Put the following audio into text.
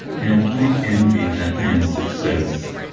man i envy that man's success.